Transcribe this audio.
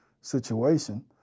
situation